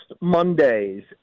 Mondays